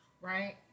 Right